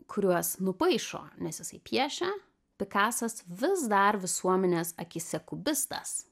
kuriuos nupaišo nes jisai piešia pikasas vis dar visuomenės akyse kubistas